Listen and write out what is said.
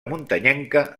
muntanyenca